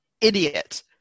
idiot